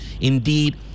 indeed